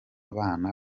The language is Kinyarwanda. bana